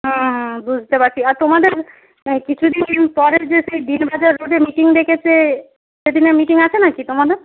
হুম হুম বুঝতে পারছি আর তোমাদের কিছু দিন পরে যে সেই দিনবাজার রোডে মিটিং ডেকেছে সেদিনে মিটিং আছে না কি তোমাদের